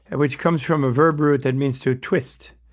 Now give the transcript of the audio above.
which comes from a verb root that means to twist,